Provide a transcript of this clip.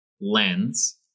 lens